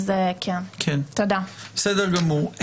בסדר גמור.